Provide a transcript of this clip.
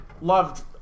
Loved